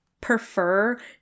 prefer